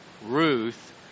Ruth